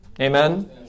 Amen